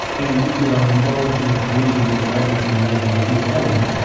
and if you are involved in a collision with an aboriginal native of new holland,